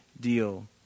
deal